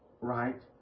right